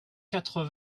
quatre